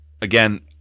again